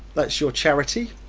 that's your charity